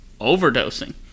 overdosing